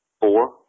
Four